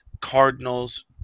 Cardinals